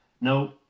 No